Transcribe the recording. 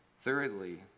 Thirdly